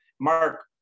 Mark